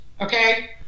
Okay